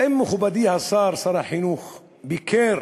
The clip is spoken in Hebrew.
האם, מכובדי השר, שר החינוך, ביקר